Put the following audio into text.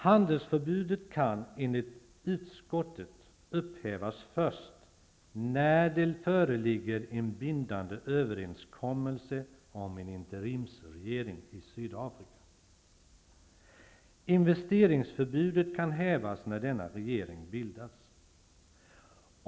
Handelsförbudet kan, enligt utskottet, upphävas först ''när det föreligger en bindande överenskommelse om en interimsregering i Sydafrika''. Investeringsförbudet kan hävas när denna regering bildats.